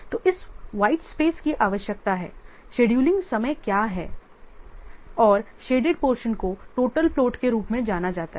तो इस white space की आवश्यकता है शेड्यूलिंग समय क्या है और शेडेड पोर्शन को टोटल फ्लोट के रूप में जाना जाता है